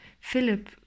Philip